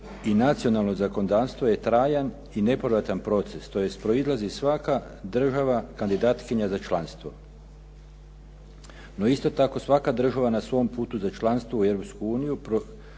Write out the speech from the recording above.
i nacionalno zakonodavstvo je trajan i nepovratan proces, tj. proizlazi svaka država kandidatkinja za članstvo. No, isto tako svaka država na svom putu za članstvo u Europsku